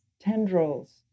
tendrils